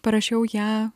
parašiau ją